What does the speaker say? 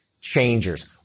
changers